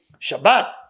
Shabbat